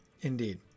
indeed